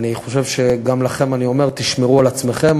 וגם לכם אני אומר: תשמרו על עצמכם,